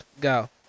Go